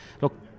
look